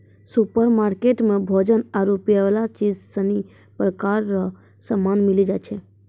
supermarket मे भोजन आरु पीयवला चीज सनी प्रकार रो समान मिली जाय छै